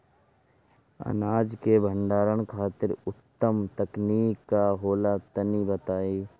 अनाज के भंडारण खातिर उत्तम तकनीक का होला तनी बताई?